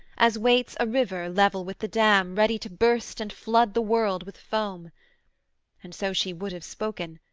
as waits a river level with the dam ready to burst and flood the world with foam and so she would have spoken,